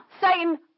Satan